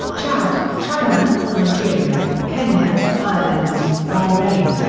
chad, china, nigeria, kenya, ireland, bahrain,